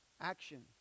Action